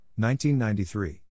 1993